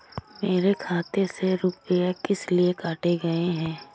मेरे खाते से रुपय किस लिए काटे गए हैं?